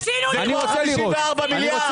רצינו לבדוק, לא נתנו לנו.